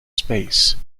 space